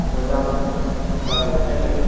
मोजां मोनो दा बेखायनो